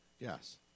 Yes